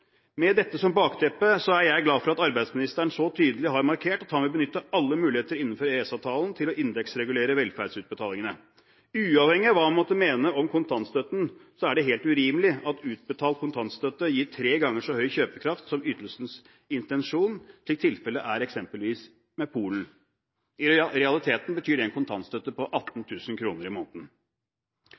Med dette som bakteppe er jeg glad for at arbeidsministeren så tydelig har markert at han vil benytte alle muligheter innenfor EØS-avtalen til å indeksregulere velferdsutbetalingene. Uavhengig av hva man måtte mene om kontantstøtten, er det helt urimelig at utbetalt kontantstøtte gir tre ganger så høy kjøpekraft som ytelsens intensjon, slik tilfellet eksempelvis er med Polen. I realiteten betyr det en kontantstøtte på 18 000 kr i måneden.